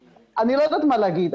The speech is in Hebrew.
אני לא יודעת מה להגיד,